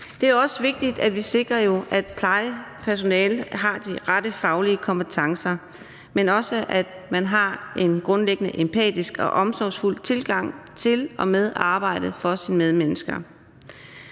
Det er vigtigt, at vi sikrer, at plejepersonalet har de rette faglige kompetencer, men også at de har en grundlæggende empatisk og omsorgsfuld tilgang i arbejdet med deres medmennesker.